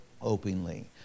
Openly